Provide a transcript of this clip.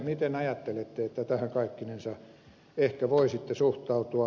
miten ajattelette että tähän kaikkinensa ehkä voisitte suhtautua